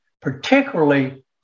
particularly